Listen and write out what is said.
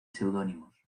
seudónimos